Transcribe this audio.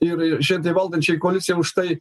ir šiandien valdančiai koalicijai užtai